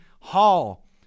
hall